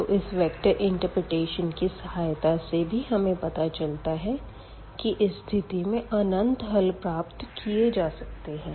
तो इस vector interpretation की सहायता से भी हमें पता चलता है कि इस स्थिति में अनंत हल प्राप्त किए जा सकते है